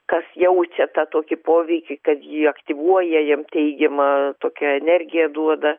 kas jaučia tą tokį poveikį kad ji aktyvuoja jiem teigiamą tokią energiją duoda